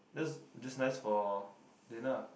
that's just nice for dinner